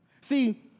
See